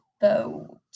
boat